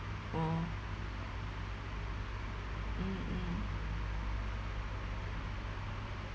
orh mm mm